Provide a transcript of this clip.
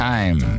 Time